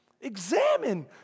Examine